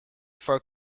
for